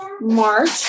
March